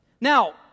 Now